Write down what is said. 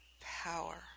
power